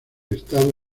estado